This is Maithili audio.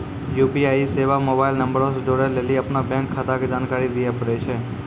यू.पी.आई सेबा मोबाइल नंबरो से जोड़ै लेली अपनो बैंक खाता के जानकारी दिये पड़ै छै